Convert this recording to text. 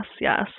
yes